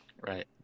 Right